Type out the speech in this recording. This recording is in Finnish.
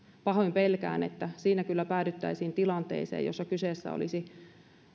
pahoin pelkään että siinä kyllä päädyttäisiin tilanteeseen jossa kyseessä olisi